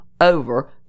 over